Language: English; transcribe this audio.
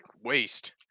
waste